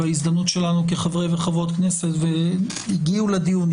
וההזדמנות שלנו כחברי וחברות כנסת והגיעו לדיון,